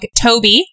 Toby